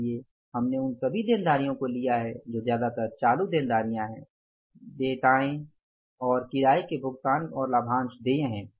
इसलिए हमने उन सभी देनदारियों को लिया है जो ज्यादातर चालू देनदारियां हैं खाता देयताएं और किराए के भुगतान और लाभांश देय हैं